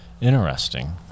Interesting